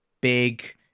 big